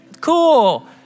cool